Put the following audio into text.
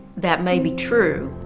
that may be true,